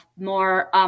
more –